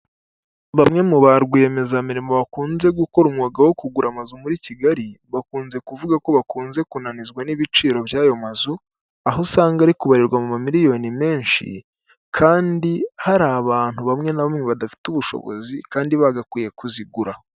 Bamwe muri ba rwiyemezamirimo bakunze gukora umwuga wo kugura amazu muri Kigali bakunze kuvuga ko bakunze kunanizwa n'ibiciro by'ayo mazu, aho usanga ari kubarirwa mu ma miliyoni menshi kandi hari abantu bamwe na bamwe badafite ubushobozi kandi bagakwiye kuzigura.